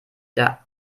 der